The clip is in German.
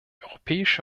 europäische